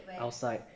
outside